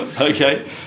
okay